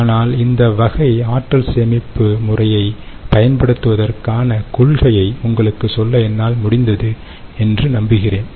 ஆனால் இந்த வகை ஆற்றல் சேமிப்பு முறையைப் பயன்படுத்துவதற்கான கொள்கையை உங்களுக்கு சொல்ல என்னால் முடிந்தது என்று நம்புகிறேன்